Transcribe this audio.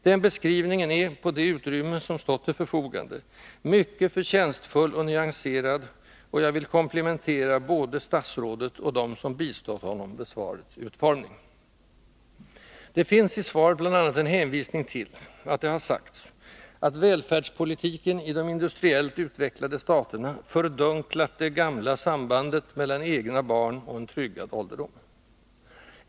Den beskrivningen är — på det utrymme som stått till förfogande — mycket förtjänstfull och nyanserad, och jag vill komplimentera både statsrådet och dem som bistått honom vid svarets utformning. Det finns i svaret bl.a. en hänvisning till att det har sagts att ”välfärdspolitiken i de industriellt utvecklade staterna fördunklat det gamla sambandet mellan egna barn och tryggad ålderdom”.